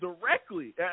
directly